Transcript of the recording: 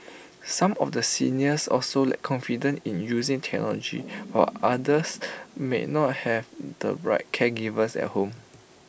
some of the seniors also lack confidence in using technology while others may not have the right caregivers at home